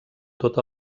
tot